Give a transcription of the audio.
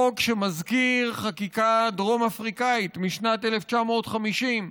חוק שמזכיר חקיקה דרום-אפריקנית משנת 1950,